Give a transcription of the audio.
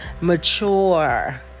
mature